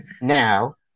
Now